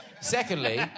Secondly